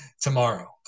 tomorrow